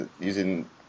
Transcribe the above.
using